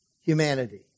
humanity